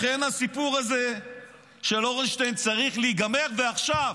לכן הסיפור הזה של אורנשטיין צריך להיגמר, ועכשיו.